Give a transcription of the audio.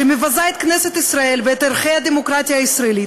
שמבזה את כנסת ישראל ואת ערכי הדמוקרטיה הישראלית,